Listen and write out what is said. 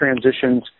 transitions